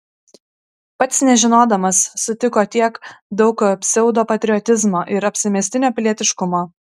pats nežinodamas sutiko tiek daug pseudopatriotizmo ir apsimestinio pilietiškumo